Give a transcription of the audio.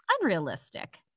Unrealistic